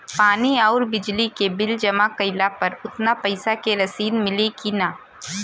पानी आउरबिजली के बिल जमा कईला पर उतना पईसा के रसिद मिली की न?